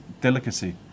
delicacy